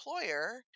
employer